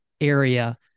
area